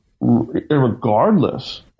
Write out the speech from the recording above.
regardless